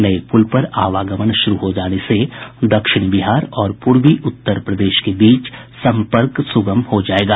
नये पूल पर आवागमन शुरू हो जाने से दक्षिण बिहार और पूर्वी उत्तर प्रदेश के बीच संपर्क सुगम हो जायेगा